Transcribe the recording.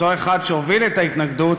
אותו אחד שהוביל את ההתנגדות